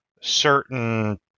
certain